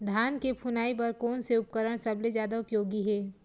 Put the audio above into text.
धान के फुनाई बर कोन से उपकरण सबले जादा उपयोगी हे?